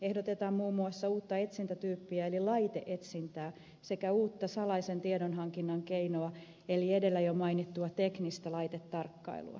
ehdotetaan muun muassa uutta etsintätyyppiä eli laite etsintää sekä uutta salaisen tiedonhankinnan keinoa eli edellä jo mainittua teknistä laitetarkkailua